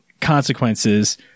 consequences